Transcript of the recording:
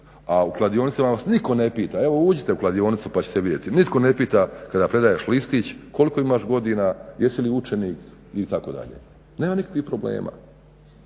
A u kladionicama vas nitko ne pita, evo uđite u kladionicu pa ćete vidjeti, nitko ne pita kada predaješ listić koliko imaš godina, jesi li učenik itd. Nema nikakvih problema.